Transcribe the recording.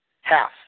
half